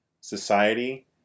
society